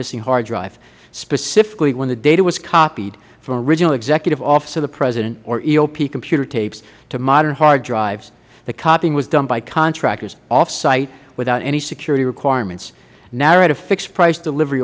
missing hard drive specifically when the data was copied from original executive office of the president eop computer tapes to modern hard drives the copying was done by contractors offsite without any security requirements nara had a fixed price delivery